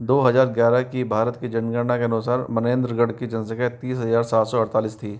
दो हजार ग्यारह की भारत की जनगणना के अनुसार मनेंद्रगढ़ की जनसंख्या तीस हजार सात सौ अड़तालीस थी